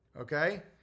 Okay